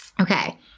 Okay